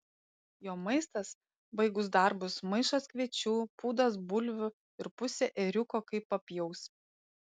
jo maistas baigus darbus maišas kviečių pūdas bulvių ir pusė ėriuko kai papjaus